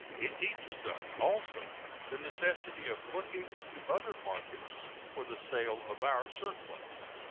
it teaches us also the necessity of looking to other markets for the sale of our surplus.